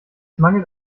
mangelt